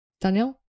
Daniel